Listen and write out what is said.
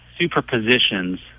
superpositions